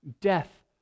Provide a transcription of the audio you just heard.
Death